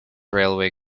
railway